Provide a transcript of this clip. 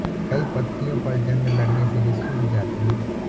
कई पत्तियों पर जंग लगने से वे सूख जाती हैं